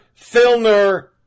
Filner